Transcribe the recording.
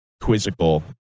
quizzical